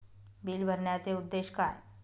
Bill भरण्याचे उद्देश काय?